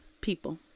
people